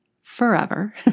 forever